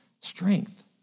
strength